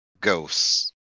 Ghosts